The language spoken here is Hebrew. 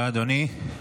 תודה, אדוני.